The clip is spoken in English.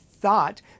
thought